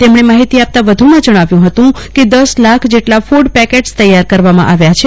તેમણે માહિતી આપતા વધુમાં જણાવ્યું હતું કે દશ લાખ જેટલા ફૂડ પેકેટ્સ તૈયાર કરવામાં આવ્યા છે